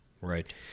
Right